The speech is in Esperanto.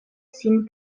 sin